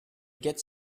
gets